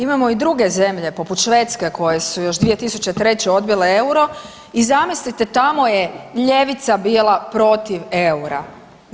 Imamo i druge zemlje poput Švedske koje su još 2003. odbile EUR-o i zamislite tamo je ljevica bila protiv EUR-a.